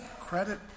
Credit